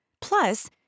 Plus